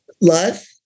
Love